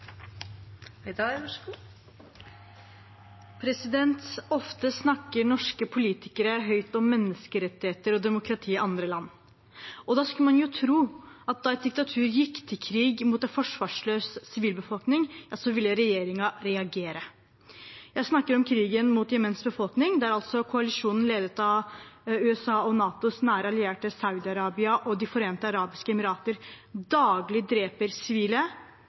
Ofte snakker norske politikere høyt om menneskerettigheter og demokrati i andre land. Da skulle man jo tro at da et diktatur gikk til krig mot en forsvarsløs sivilbefolkning, ville regjeringen reagere. Jeg snakker om krigen mot Jemens befolkning, der altså koalisjonen ledet av USA og NATOs nære allierte Saudi-Arabia og De forente arabiske emirater daglig dreper